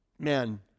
Men